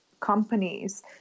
companies